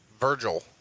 Virgil